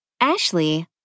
Ashley